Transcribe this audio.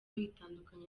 itandukanye